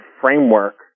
framework